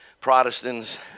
Protestants